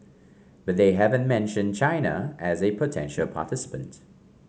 but they haven't mentioned China as a potential participant